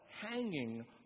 hanging